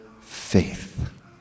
faith